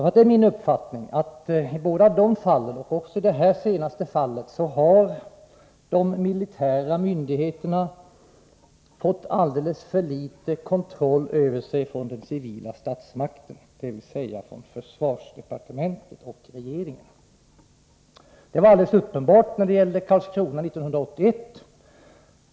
Enligt min uppfattning har den civila statsmakten, dvs. försvarsdepartementet och regeringen, utövat alldeles för litet kontroll över de militära myndigheterna i de båda tidigare fallen och i det senaste fallet. Detta var helt uppenbart när det gällde händelserna i Karlskrona 1981.